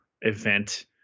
event